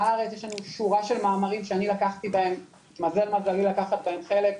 בארץ יש לנו שורה של מאמרים שהתמזל מזלי לקחת בהם חלק,